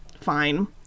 fine